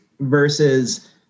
versus